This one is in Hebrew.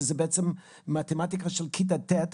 שזאת בעצם מתמטיקה של כיתה ט'.